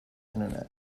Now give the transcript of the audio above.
internet